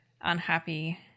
unhappy